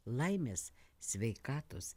laimės sveikatos